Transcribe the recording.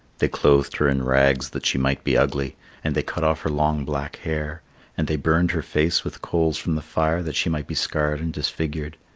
they clothed her in rags that she might be ugly and they cut off her long black hair and they burned her face with coals from the fire that she might be scarred and disfigured.